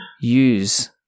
use